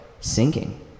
sinking